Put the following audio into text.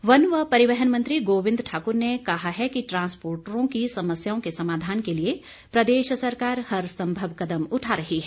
गोविंद ठाक्र वन व परिवहन मंत्री गोविंद ठाक्र ने कहा है कि ट्रांसपोर्टरों की समस्याओं के समाधान के लिए प्रदेश सरकार हर सम्भव कदम उठा रही है